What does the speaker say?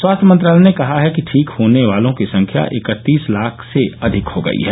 स्वास्थ्य मंत्रालय ने कहा है कि ठीक होने वालों की संख्या इकत्तीस लाख से अधिक हो गई है